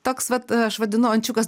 toks vat aš vadinu ančiukas